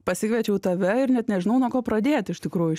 pasikviečiau tave ir net nežinau nuo ko pradėt iš tikrųjų